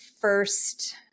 first